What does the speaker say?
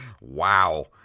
Wow